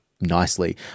nicely